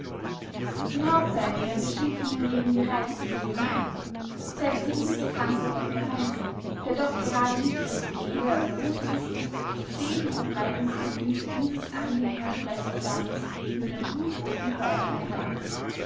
den hauptteil nehmen beschimpfungen gegen die reichsregierung ein selbst der vizekanzler dr heinze der doch gerade nicht als petroleur verrufen ist steht im verbreitungsgebiet dieses angenehmen preßorgans in einem blutroten feuerschein da